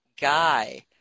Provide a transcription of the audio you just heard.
Guy